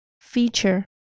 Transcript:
Feature